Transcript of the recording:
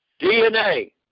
DNA